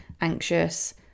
anxious